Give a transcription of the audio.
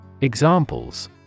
Examples